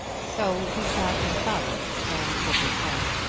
so he sat in silence and shook his head.